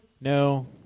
No